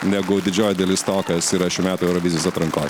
negu didžioji dalis to kas yra šių metų eurovizijos atrankoj